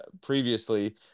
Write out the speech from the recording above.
previously